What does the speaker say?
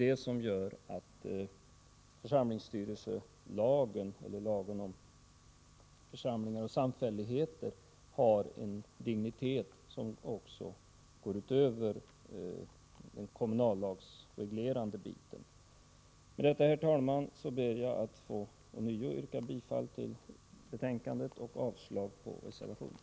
Detta gör att lagen om församlingar och kyrkliga samfälligheter har en dignitet, som går utöver den kommunallagsreglerande biten. Med detta, herr talman, yrkar jag ånyo bifall till utskottets förslag och avslag på reservationen.